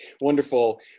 wonderful